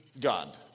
God